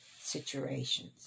situations